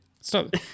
Stop